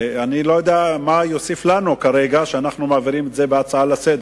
אני לא יודע מה יוסיף לנו כרגע שאנחנו מעבירים את זה בהצעה לסדר-היום.